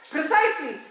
Precisely